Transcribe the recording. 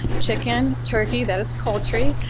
chicken, turkey that is poultry,